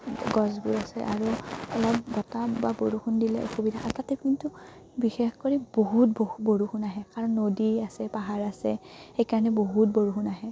গছবোৰ আছে আৰু অলপ বতাহ বা বৰষুণ দিলে অসুবিধা তাতে কিন্তু বিশেষ কৰি বহুত বহু বৰষুণ আহে কাৰণ নদী আছে পাহাৰ আছে সেইকাৰণে বহুত বৰষুণ আহে